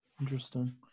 Interesting